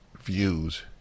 views